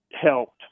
helped